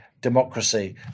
democracy